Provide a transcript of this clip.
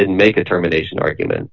didn't make a determination argument